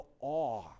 awe